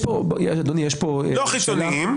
לא חיצוניים.